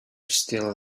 still